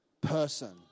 person